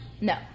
No